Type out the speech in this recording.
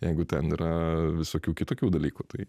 jeigu ten yra visokių kitokių dalykų tai